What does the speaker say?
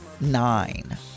nine